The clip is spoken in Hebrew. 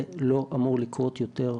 זה לא אמור לקרות יותר.